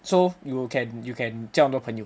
so you will you can you can 交很多朋友